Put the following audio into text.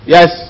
Yes